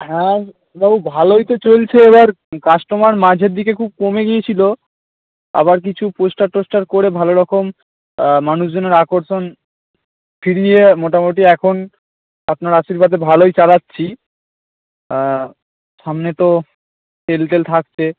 হ্যাঁ বাবু ভালোই তো চলছে এবার কাস্টমার মাঝের দিকে খুব কমে গিয়েছিলো আবার কিছু পোস্টার টোস্টার করে ভালো রকম মানুষজনের আকর্ষণ ফিরিয়ে মোটামুটি এখন আপনার আশীর্বাদে ভালোই চালাচ্ছি সামনে তো সেল টেল থাকছে